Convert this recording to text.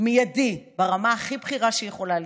מיידי ברמה הכי בכירה שיכולה להיות,